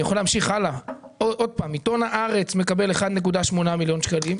אני יכול להמשיך הלאה: עיתון "הארץ" מקבל 1.8 מיליון שקלים,